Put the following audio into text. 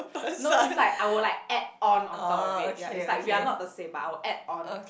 no it's like I will like add on on top of it ya it's like we are not the same but I will add on